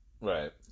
Right